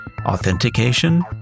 Authentication